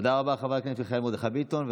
תודה רבה לחבר הכנסת מיכאל מרדכי ביטון.